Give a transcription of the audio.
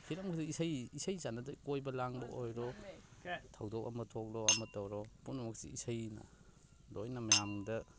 ꯍꯤꯔꯝ ꯈꯨꯗꯤꯡ ꯏꯁꯩ ꯏꯁꯩ ꯆꯟꯅꯗ ꯀꯣꯏꯕ ꯂꯥꯡꯕ ꯑꯣꯏꯔꯣ ꯊꯧꯗꯣꯛ ꯑꯃ ꯊꯣꯛꯂꯣ ꯑꯃ ꯇꯧꯔꯣ ꯄꯨꯝꯅꯃꯛꯁꯦ ꯏꯁꯩꯅ ꯂꯣꯏꯅ ꯃꯌꯥꯝꯗ